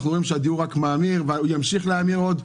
אנחנו רואים שהדיור רק מאמיר, וימשיך להאמיר עוד.